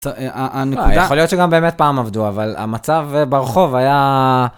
יכול להיות שגם באמת פעם עבדו אבל המצב ברחוב היה